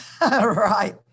Right